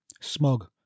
smug